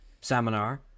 seminar